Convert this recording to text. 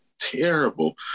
terrible